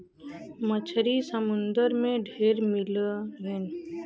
मछरी समुंदर में ढेर मिललीन